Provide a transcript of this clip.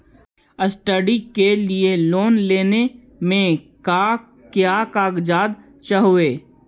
Study के लिये loan लेने मे का क्या कागजात चहोये?